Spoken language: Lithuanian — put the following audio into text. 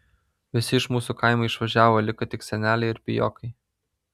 visi iš mūsų kaimo išvažiavo liko tik seneliai ir pijokai